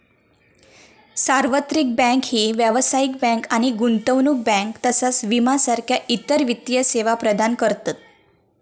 सार्वत्रिक बँक ही व्यावसायिक बँक आणि गुंतवणूक बँक तसाच विमा सारखा इतर वित्तीय सेवा प्रदान करतत